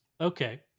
Okay